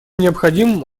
необходимым